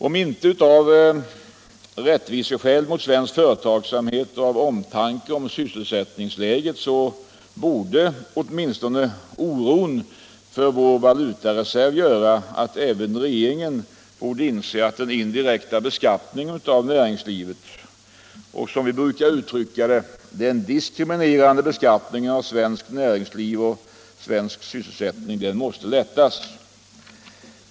Om inte av rättviseskäl mot svensk företagsamhet och av omtanke om sysselsättningsläget så borde åtminstone oron för vår valutareserv göra att även regeringen borde inse att den indirekta beskattningen av näringslivet och, som vi brukar uttrycka det, den diskriminerande beskattningen av svenskt näringsliv och svensk sysselsättning måste lättas.